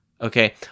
okay